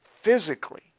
physically